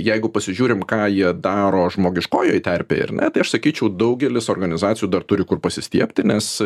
jeigu pasižiūrim ką jie daro žmogiškojoj terpėj ar ne tai aš sakyčiau daugelis organizacijų dar turi kur pasistiebti nes